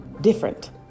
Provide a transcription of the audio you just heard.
different